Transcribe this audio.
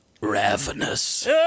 ravenous